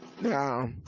Now